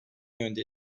yönde